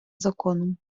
законом